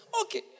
Okay